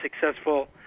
successful